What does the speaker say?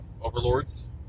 overlords